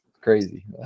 Crazy